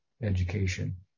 education